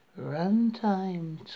runtime